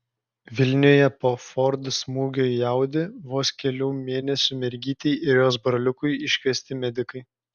vilniuje po ford smūgio į audi vos kelių mėnesių mergytei ir jos broliukui iškviesti medikai